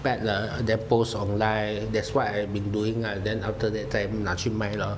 pack 了 then post online that's what I've been doing lah then after 再拿去卖咯